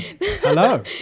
Hello